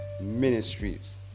Ministries